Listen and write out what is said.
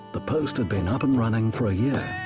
the post had been up and running for a year.